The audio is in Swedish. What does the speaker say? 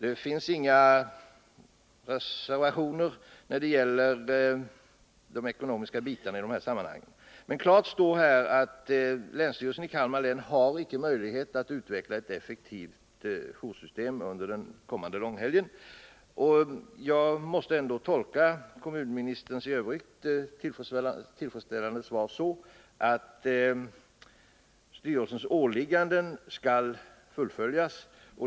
Det finns inga reservationer när det gäller de ekonomiska bitarna i sammanhanget. Men det står klart att länsstyrelsen i Kalmar län icke har möjlighet att utveckla ett effektivt joursystem under den kommande långhelgen. Jag måste tolka kommunministerns i övrigt tillfredsställande svar så, att styrelsens åligganden skall fullföljas.